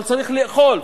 אבל צריך לאכול,